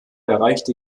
erreichte